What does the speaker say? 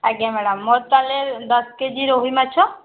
ଆଜ୍ଞା ମ୍ୟାଡ଼ାମ ମୋ'ର ତା'ହେଲେ ଦଶ କେଜି ରୋହିମାଛ